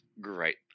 great